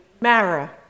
Mara